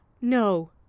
No